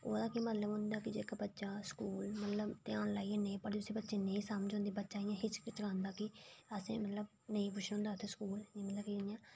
ओह्दा केह् मतलब होंदा कि जेह्का बच्चा स्कूल मतलब ध्यान लाइयै नेईं पढ़ी सकदा नेईं समझ औंदी हिचकिचांदा कि असें नेईं पुच्छना होंदा स्कूल